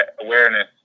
awareness